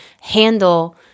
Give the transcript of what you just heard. handle